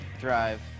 drive